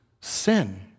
sin